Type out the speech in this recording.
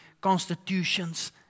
constitutions